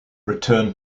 returned